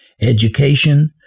education